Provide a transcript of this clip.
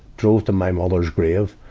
drove to my mother's grave,